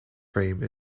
frame